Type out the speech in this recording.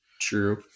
True